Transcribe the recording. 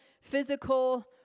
physical